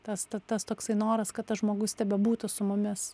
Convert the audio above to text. tas ta tas toksai noras kad tas žmogus tebebūtų su mumis